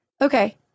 okay